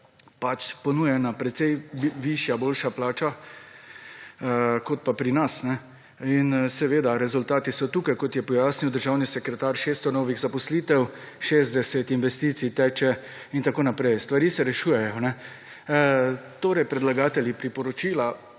sedaj ponujena precej višja boljša plača kot pa pri nas. In rezultati so tukaj kot je pojasnil državni sekretar 600 novih zaposlitev, 60 investicij teče in tako naprej. Stvari se rešujejo. Torej, predlagatelji priporočila